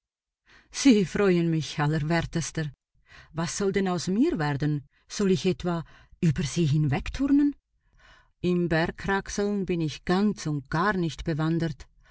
sie freuen mich allerwertester was soll denn aus mir werden soll ich etwa über sie hinwegturnen im bergkraxeln bin ich ganz und gar nicht bewandert